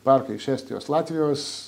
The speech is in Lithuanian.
parkai iš estijos latvijos